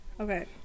Okay